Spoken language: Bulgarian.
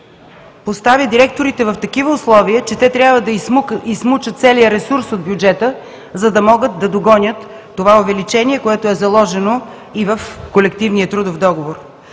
поставя директорите в такива условия, че те трябва да изсмучат целия ресурс от бюджета, за да могат да догонят това увеличение, което е заложено и в колективния трудов договор.